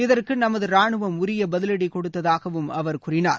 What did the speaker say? இதற்கு நமது ராணுவம் உரிய பதிவடி கொடுத்ததாகவும் அவர் கூறினார்